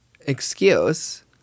excuse